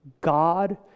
God